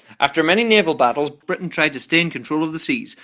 after many naval battles, britain tried to stay in control of the seas,